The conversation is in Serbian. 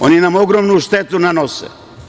Oni nam ogromnu štetu nanose.